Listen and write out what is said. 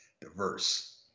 diverse